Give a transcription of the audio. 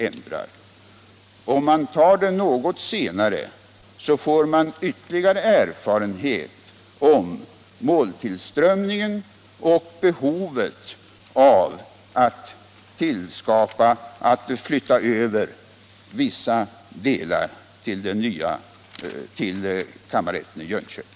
Om man gör den ändringen något senare, får man ytterligare erfarenhet av måltillströmningen och behovet av att flytta över vissa delar till kammarrätten i Jönköping.